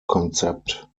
konzept